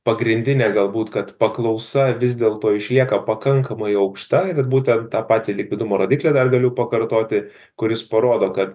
pagrindinė galbūt kad paklausa vis dėlto išlieka pakankamai aukšta būtent tą patį likvidumo rodiklį dar galiu pakartoti kuris parodo kad